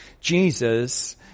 Jesus